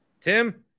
Tim